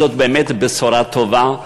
זאת באמת בשורה טובה,